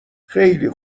خیلی